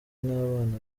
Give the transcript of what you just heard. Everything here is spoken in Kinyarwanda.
n’abana